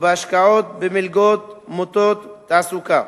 בהשקעות במלגות מוטות תעסוקה.